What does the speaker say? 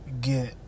get